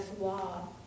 law